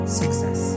success